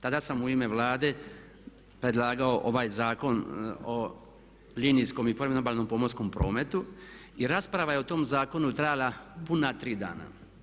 Tada sam u ime Vlade predlagao ovaj Zakon o linijskom i priobalnom pomorskom prometu i rasprava je o tom zakonu trajala puna tri dana.